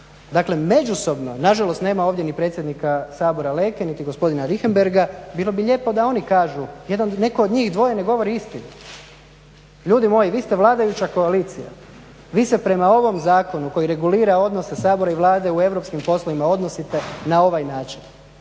Dakle međusobno, nažalost nema ovdje ni predsjednika Sabora Leke niti gospodina Richembergha, bilo bi lijepo da oni kažu, netko od njih dvoje ne govori istinu. Ljudi moji, vi ste vladajuća koalicija, vi se prema ovom zakonu koji regulira odnose Sabora i Vlade u europskim poslovima odnosite na ovaj način.